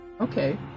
Okay